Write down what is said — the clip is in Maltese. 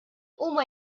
huma